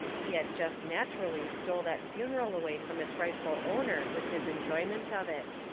he had jest natcherally stole that funeral away from its rightful owner with his enjoyment of it.